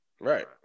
Right